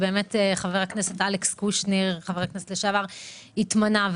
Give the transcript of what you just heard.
חבר הכנסת לשעבר אלכס קושניר התמנה לתפקיד,